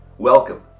Welcome